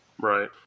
Right